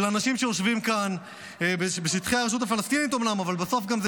אנחנו עומדים כאן היום, טוב שהם